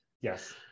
Yes